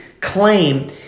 claim